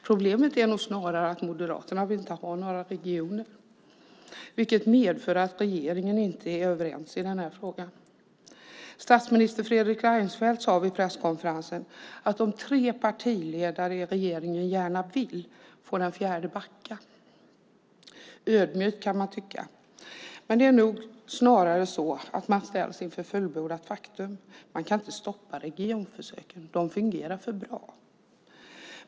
Problemet är nog snarare att Moderaterna inte vill ha några regioner, vilket medför att regeringen inte är överens i den här frågan. Statsminister Fredrik Reinfeldt sade vid presskonferensen att om tre partiledare i regeringen gärna vill får den fjärde backa. Ödmjukt, kan man tycka, men det är nog snarare så att man ställs inför fullbordat faktum. Man kan inte stoppa regionförsöken. De fungerar för bra.